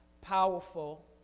powerful